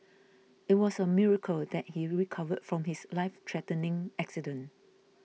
it was a miracle that he recovered from his lifethreatening accident